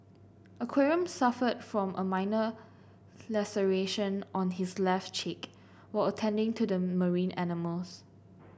aquarium suffered from a minor laceration on his left cheek while attending to the marine animals